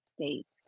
States